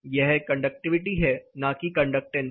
यह है कंडक्टिविटी है ना कि कंडक्टेंस